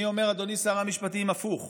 אני אומר, אדוני שר המשפטים, הפוך.